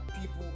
people